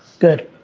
good.